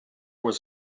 was